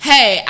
Hey